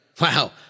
Wow